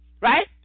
right